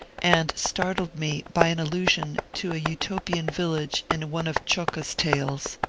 and startled me by an allusion to a uto pian village in one of zschokke's tales.